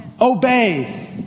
obey